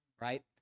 Right